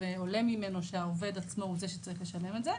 ועולה ממנו שהעובד עצמו הוא זה שצריך לשלם את זה.